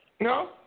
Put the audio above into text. No